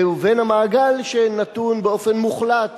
ובין המעגל שנתון באופן מוחלט,